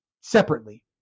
separately